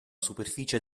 superficie